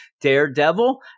Daredevil